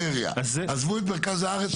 עזבו את מרכז הארץ,